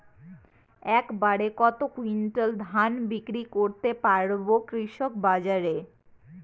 এক বাড়ে কত কুইন্টাল ধান বিক্রি করতে পারবো কৃষক বাজারে?